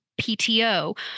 PTO